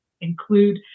include